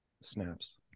Snaps